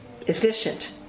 efficient